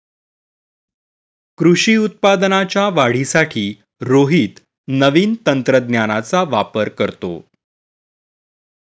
कृषी उत्पादनाच्या वाढीसाठी रोहित नवीन तंत्रज्ञानाचा वापर करतो